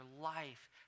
life